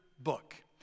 book